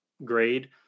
Grade